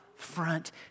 front